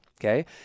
Okay